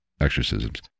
exorcisms